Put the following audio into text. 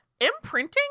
Imprinting